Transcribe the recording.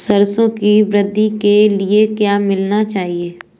सरसों की वृद्धि के लिए क्या मिलाना चाहिए?